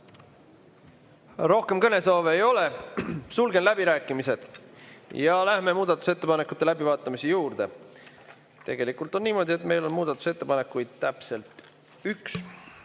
Rohkem kõnesoove ei ole, sulgen läbirääkimised ja läheme muudatusettepanekute läbivaatamise juurde. Tegelikult on niimoodi, et meil on muudatusettepanekuid täpselt üks.